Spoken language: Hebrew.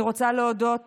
אני רוצה להודות